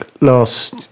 last